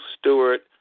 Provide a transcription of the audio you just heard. Stewart